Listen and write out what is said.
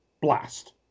Blast